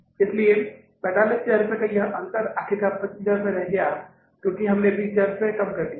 इसलिए 45000 का यह अंतर आखिरकार 25000 रह गया है क्योंकि हमने यहां 20000 रुपये कम कर दिए हैं